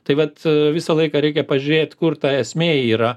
tai vat visą laiką reikia pažiūrėt kur ta esmė yra